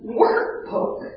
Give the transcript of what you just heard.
workbook